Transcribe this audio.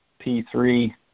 P3